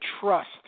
trust